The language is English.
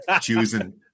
choosing